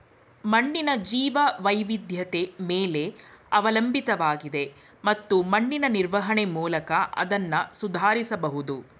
ಮಣ್ಣಿನ ಜೀವವೈವಿಧ್ಯತೆ ಮೇಲೆ ಅವಲಂಬಿತವಾಗಿದೆ ಮತ್ತು ಮಣ್ಣಿನ ನಿರ್ವಹಣೆ ಮೂಲಕ ಅದ್ನ ಸುಧಾರಿಸ್ಬಹುದು